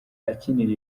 akinira